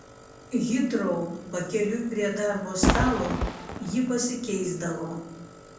hitrou pakeliui prie darbo stalo ji pasikeisdavo